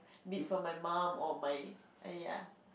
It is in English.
meet for my mom and my !aiya!